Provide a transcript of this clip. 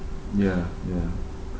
ya ya